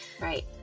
Right